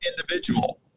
individual